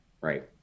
right